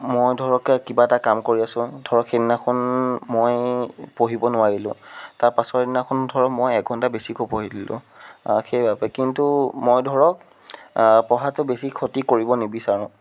মই ধৰক কিবা এটা কাম কৰি আছোঁ ধৰক সেইদিনাখন মই পঢ়িব নোৱাৰিলোঁ তাৰ পাছৰ দিনাখন ধৰক মই এঘণ্টা বেছিকৈ পঢ়ি দিলোঁ সেই বাবে কিন্তু মই ধৰক পঢ়াটো বেছি ক্ষতি কৰিব নিবিচাৰোঁ